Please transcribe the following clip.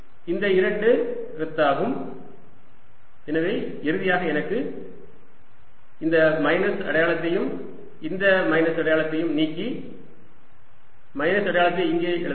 Vxyzq4π01x2y2z z02 1x2y2zz02q4π01s2z z02 1s2zz02 Ezxyz ∂V∂z q4π0 122z z0s2z z0232122zz0s2z z0232 எனவே இறுதியாக எனக்கு இந்த மைனஸ் அடையாளத்தையும் இந்த மைனஸ் அடையாளத்தையும் நீக்கி மைனஸ் அடையாளத்தை இங்கே எழுதலாம்